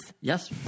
Yes